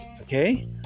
Okay